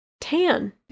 Tan